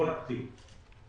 נתחיל.